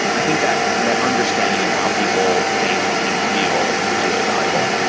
um i think that that understanding of how people think and feel is really valuable.